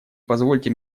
позвольте